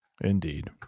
Indeed